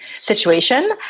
situation